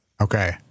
Okay